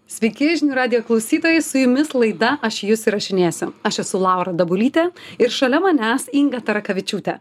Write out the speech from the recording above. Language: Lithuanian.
sveiki žinių radijo klausytojai su jumis laida aš jus įrašinėsiu aš esu laura dabulytė ir šalia manęs inga taraškevičiūtė